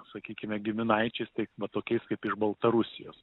sakykime giminaičiais tai va tokiais kaip iš baltarusijos